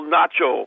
Nacho